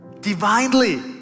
divinely